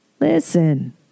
Listen